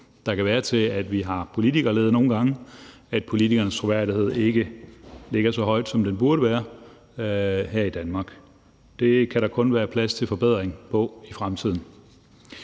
der kan være, til, at vi nogle gange har politikerlede; at politikernes troværdighed ikke ligger så højt, som den burde gøre her i Danmark. Det kan der kun være plads til forbedring af i fremtiden.